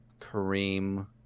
kareem